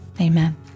Amen